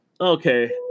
Okay